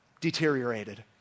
deteriorated